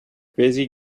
busy